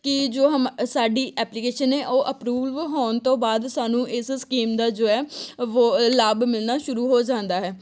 ਕਿ ਜੋ ਹਮ ਸਾਡੀ ਐਪਲੀਕੇਸ਼ਨ ਹੈ ਉਹ ਅਪਰੂਵ ਹੋਣ ਤੋਂ ਬਾਅਦ ਸਾਨੂੰ ਇਸ ਸਕੀਮ ਦਾ ਜੋ ਹੈ ਵੋ ਲਾਭ ਮਿਲਣਾ ਸ਼ੁਰੂ ਹੋ ਜਾਂਦਾ ਹੈ